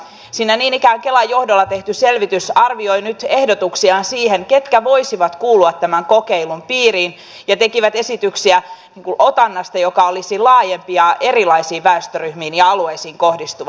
siinä niin ikään kelan johdolla tehdyssä selvityksessä arvioidaan nyt ehdotuksia siihen ketkä voisivat kuulua tämän kokeilun piiriin ja tehdään esityksiä otannasta joka olisi laajempi ja erilaisiin väestöryhmiin ja alueisiin kohdistuva